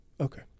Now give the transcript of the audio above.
Okay